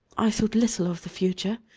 i thought little of the future.